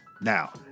Now